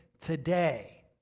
today